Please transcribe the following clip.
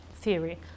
theory